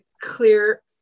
clear